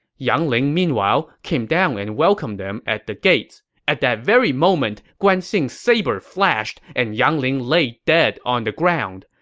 yang ling, meanwhile, came down and welcomed them at the gates. at that very moment, guan xing's saber flashed, and yang ling laid dead on the ground.